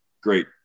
great